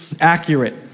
accurate